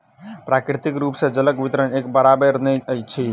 प्राकृतिक रूप सॅ जलक वितरण एक बराबैर नै अछि